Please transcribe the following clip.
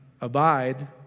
abide